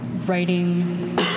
writing